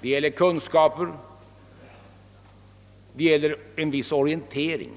det gäller kunskaper, det gäller en viss orientering.